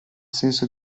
senso